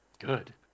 Good